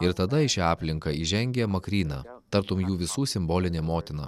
ir tada į šią aplinką įžengė makryna tartum jų visų simbolinė motina